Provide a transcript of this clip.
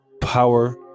power